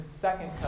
second